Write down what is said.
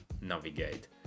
navigate